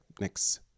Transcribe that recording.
next